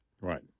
Right